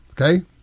okay